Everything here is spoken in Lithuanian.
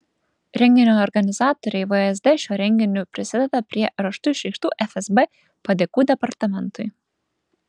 renginio organizatoriai vsd šiuo renginiu prisideda prie raštu išreikštų fsb padėkų departamentui